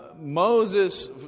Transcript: Moses